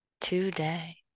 Today